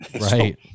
Right